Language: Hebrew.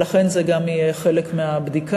לכן, זה גם יהיה חלק מהבדיקה.